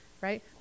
right